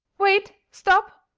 wait! stop!